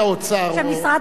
משרד האוצר,